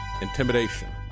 intimidation